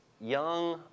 young